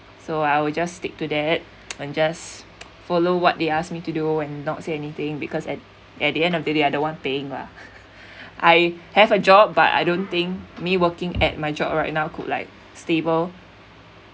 so I will just stick to that and just follow what they asked me to do and not say anything because at at the end of the day they are the one paying lah I have a job but I don't think me working at my job right now could like stable